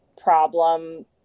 problem